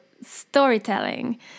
storytelling